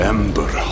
Ember